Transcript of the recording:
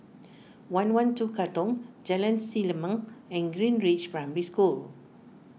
one one two Katong Jalan Selimang and Greenridge Primary School